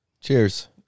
Cheers